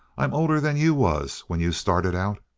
i'm older than you was when you started out